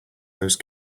those